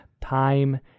time